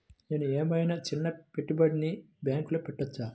నేను ఏమయినా చిన్న పెట్టుబడిని బ్యాంక్లో పెట్టచ్చా?